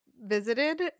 visited